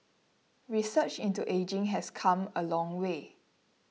research into ageing has come a long way